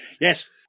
Yes